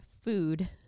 food